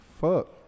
fuck